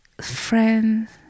Friends